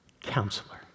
Counselor